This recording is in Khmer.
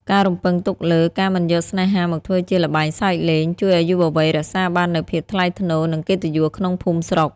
ការរំពឹងទុកលើ "ការមិនយកស្នេហាមកធ្វើជាល្បែងសើចលេង" ជួយឱ្យយុវវ័យរក្សាបាននូវភាពថ្លៃថ្នូរ និងកិត្តិយសក្នុងភូមិស្រុក។